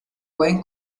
pueden